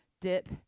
dip